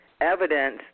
evidence